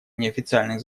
неофициальных